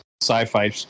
sci-fi